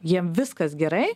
jiem viskas gerai